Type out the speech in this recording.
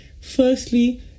Firstly